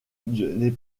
des